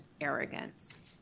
arrogance